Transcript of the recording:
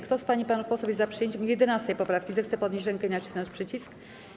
Kto z pań i panów posłów jest za przyjęciem 11. poprawki, zechce podnieść rękę i nacisnąć przycisk.